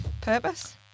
purpose